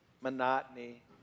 monotony